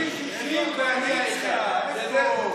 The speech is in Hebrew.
סגן השר, תביא 60 ואני ה-1, בסדר?